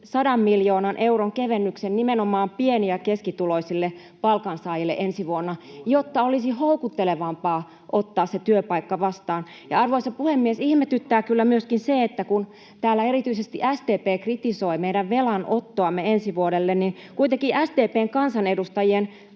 100 miljoonan euron kevennyksen nimenomaan pieni- ja keskituloisille palkansaajille ensi vuonna, jotta olisi houkuttelevampaa ottaa se työpaikka vastaan. Arvoisa puhemies! Ihmetyttää kyllä myöskin se, että kun täällä erityisesti SDP kritisoi meidän velanottoamme ensi vuodelle, niin kuitenkin SDP:n kansanedustajien